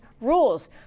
rules